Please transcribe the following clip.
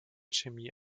chemie